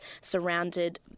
surrounded